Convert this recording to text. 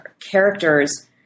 characters